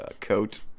coat